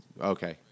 Okay